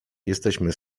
jesteśmy